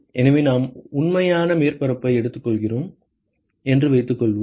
எனவே நாம் உண்மையான மேற்பரப்பை எடுத்துக்கொள்கிறோம் என்று வைத்துக்கொள்வோம்